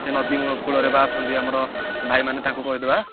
ସେ ନଦୀ କୂଳରେ ବା ଅଛନ୍ତି ଆମର ଭାଇମାନେ ତାଙ୍କୁ କହିଦେବା